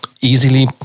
easily